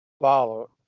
follow